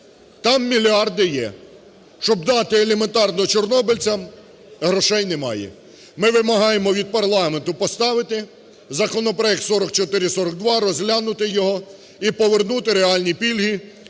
там мільярди є, щоб дати елементарно чорнобильцям - грошей немає. Ми вимагаємо від парламенту поставити законопроект 4442, розглянути його і повернути реальні пільги